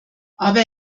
aber